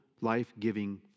life-giving